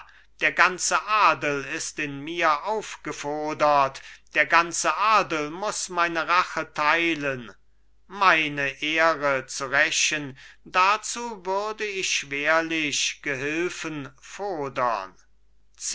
der ganze adel ist in mir aufgefodert der ganze adel muß meine rache teilen meine ehre zu rächen dazu würde ich schwerlich gehilfen fodern